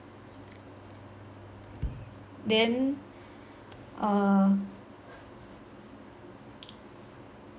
then err